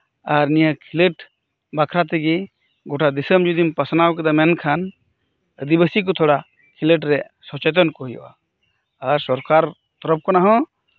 ᱟᱨ ᱱᱤᱭᱟᱹ ᱠᱷᱤᱞᱳᱰ ᱵᱟᱠᱷᱨᱟ ᱛᱮᱜᱮ ᱜᱚᱴᱟ ᱫᱤᱥᱚᱢ ᱡᱩᱫᱤᱢ ᱯᱟᱥᱱᱟᱣ ᱠᱮᱫᱟ ᱢᱮᱱᱠᱷᱟᱱ ᱟᱹᱫᱤᱵᱟᱹᱥᱤᱠᱚ ᱛᱷᱚᱲᱟ ᱠᱷᱤᱞᱳᱰ ᱨᱮ ᱥᱚᱪᱮᱛᱚᱱ ᱠᱚ ᱦᱩᱭᱩᱜᱼᱟ ᱟᱨ ᱥᱚᱨᱠᱟᱨ ᱛᱚᱨᱚᱯ ᱠᱷᱚᱱᱟᱜ ᱦᱚᱸ